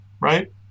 right